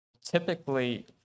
typically